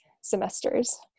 semesters